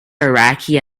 iraqi